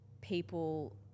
people